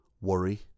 worry